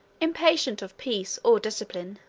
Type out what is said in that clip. impatient of peace or discipline.